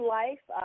life